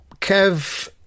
Kev